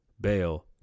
bail